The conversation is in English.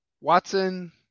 Watson